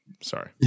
sorry